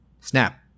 Snap